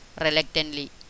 reluctantly